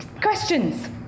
Questions